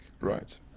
right